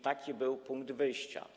Taki był punkt wyjścia.